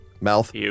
mouth